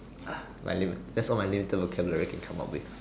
ah my lip that's all my lip little vocabulary can come with